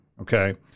Okay